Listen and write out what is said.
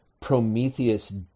Prometheus